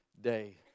day